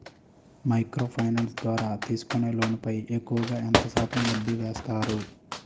Micro finance ద్వారా తీసుకునే loan పై ఎక్కువుగా ఎంత శాతం వడ్డీ వేస్తారు?